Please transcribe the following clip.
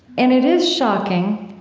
and it is shocking,